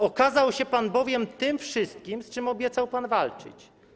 Okazał się pan bowiem tym wszystkim, z czym obiecał pan walczyć.